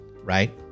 Right